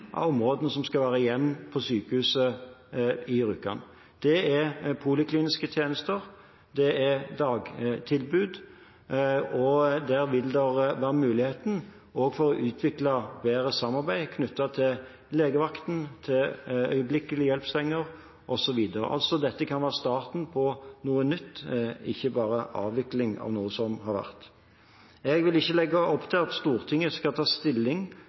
områdene som skal være igjen på sykehuset i Rjukan. Det er polikliniske tjenester og dagtilbud, og der vil det også være mulighet for å utvikle et bedre samarbeid med legevakten, øyeblikkelig hjelp-senger osv. Dette kan altså være starten på noe nytt, ikke bare avvikling av noe som har vært. Jeg vil ikke legge opp til at Stortinget skal ta stilling